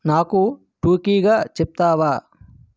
నాకు టూకీగా చెప్తావా